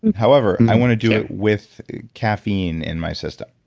however, i want to do it with caffeine in my system.